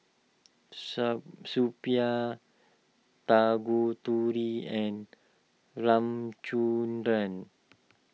Suppiah Tanguturi and Ramchundra